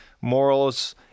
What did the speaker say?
morals